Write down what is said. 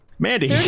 Mandy